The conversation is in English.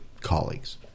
colleagues